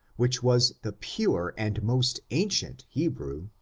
which was the pure and most ancient hebrew,